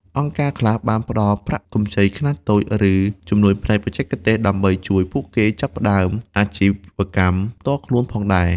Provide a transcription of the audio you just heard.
អង្គការខ្លះបានផ្តល់ប្រាក់កម្ចីខ្នាតតូច ឬជំនួយផ្នែកបច្ចេកទេសដើម្បីជួយពួកគេចាប់ផ្តើមអាជីវកម្មផ្ទាល់ខ្លួនផងដែរ។